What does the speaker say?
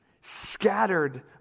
scattered